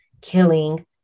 killing